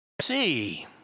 see